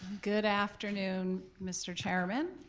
good afternoon, mr. chairman,